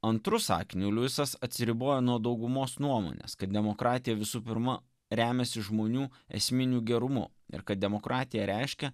antru sakiniu liuisas atsiribojo nuo daugumos nuomonės kad demokratija visų pirma remiasi žmonių esminių gerumu ir kad demokratija reiškia